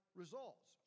results